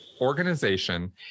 organization